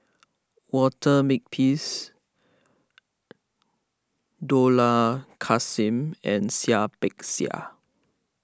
Walter Makepeace Dollah Kassim and Seah Peck Seah